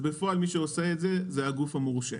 בפועל מי שעושה את זה, זה הגוף המורשה.